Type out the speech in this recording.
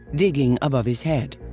digging above his head.